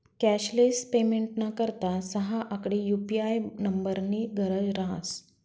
cashless पेमेंटना करता सहा आकडी यु.पी.आय नम्बरनी गरज रहास